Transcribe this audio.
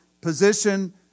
position